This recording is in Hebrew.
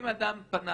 אם אדם פנה